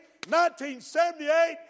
1978